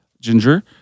Ginger